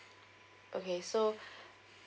okay so